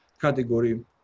category